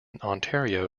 ontario